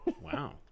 Wow